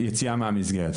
יציאה מהמסגרת.